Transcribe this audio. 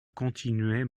continuai